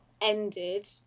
ended